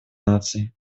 наций